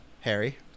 Harry